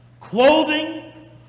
clothing